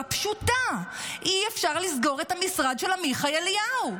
פשוטה: אי-אפשר לסגור את המשרד של עמיחי אליהו,